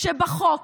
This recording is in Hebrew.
שבחוק